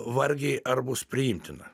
vargiai ar bus priimtina